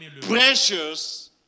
precious